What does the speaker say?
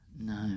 No